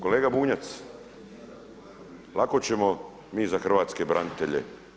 Kolega Bunjac, lako ćemo mi za hrvatske branitelje.